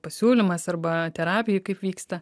pasiūlymas arba terapijoj kaip vyksta